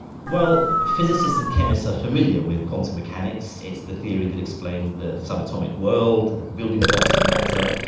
well, physicists and chemists are familiar with quantum mechanics. it's the theory that explains the subatomic world, the building blocks of matter.